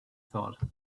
thought